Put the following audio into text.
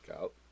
out